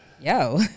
Yo